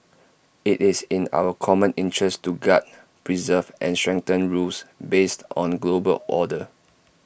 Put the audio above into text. IT is in our common interest to guard preserve and strengthen rules based on global order